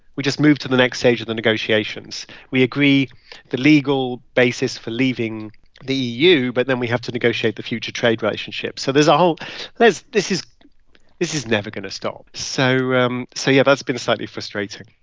we just move to the next stage of the negotiations. we agree the legal basis for leaving the eu, but then we have to negotiate the future trade relationship. so there's a whole there's this is this is never going to stop. so um so yeah, that's been slightly frustrating,